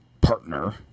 partner